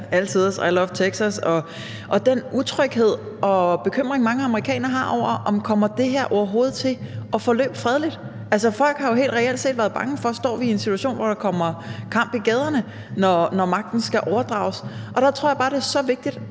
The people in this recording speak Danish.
og den utryghed og bekymring, mange amerikanere har, om, om det her overhovedet kommer til at forløbe fredeligt, altså folk har jo helt reelt set været bange for at stå i en situation, hvor der kommer kamp i gaderne, når magten skal overdrages, så tror jeg bare, det er så vigtigt,